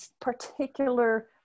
particular